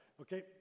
Okay